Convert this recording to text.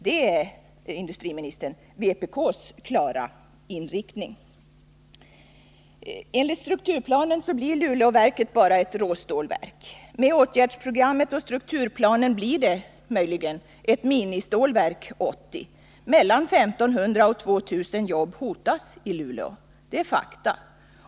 Det är, industriministern, vpk:s klara inriktning. Enligt strukturplanen blir Luleåverket bara ett råstålverk. Med åtgärdsprogrammet och strukturplanen blir det möjligen ett Ministålverk 80. Mellan 1 500 och 2 000 jobb hotas i Luleå, det är ett faktum.